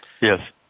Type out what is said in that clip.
Yes